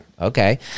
okay